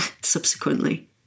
subsequently